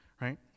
right